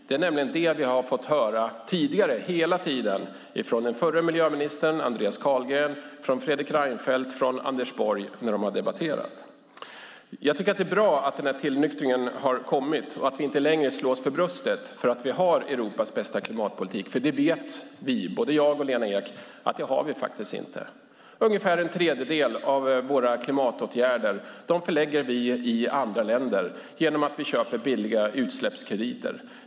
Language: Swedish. Det är det vi har fått höra tidigare från den förre miljöministern Andreas Carlgren, från Fredrik Reinfeldt och från Anders Borg när de har debatterat. Jag tycker att det är bra att den här tillnyktringen har kommit och att vi inte längre slår oss för bröstet för att vi har Europas bästa klimatpolitik. Både jag och Lena Ek vet att vi faktiskt inte har det. Ungefär en tredjedel av våra klimatåtgärder förlägger vi i andra länder genom att vi köper billiga utsläppskrediter.